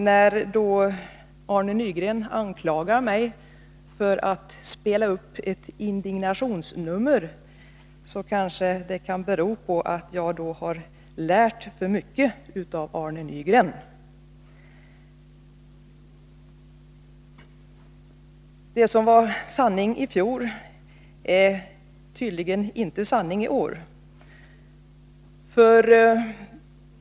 När Arne Nygren anklagar mig för att spela upp ett indignationsnummer, så kan det kanske bero på att jag har lärt för mycket av Arne Nygren. Det som var sanning i fjol är tydligen inte sanning i år.